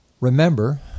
Remember